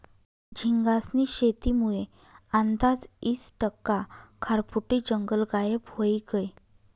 झींगास्नी शेतीमुये आंदाज ईस टक्का खारफुटी जंगल गायब व्हयी गयं